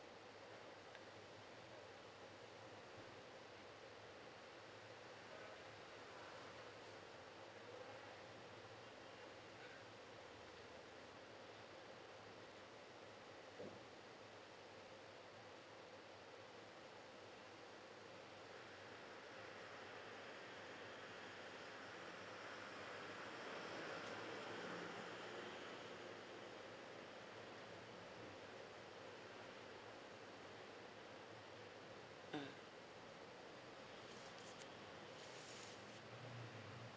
mm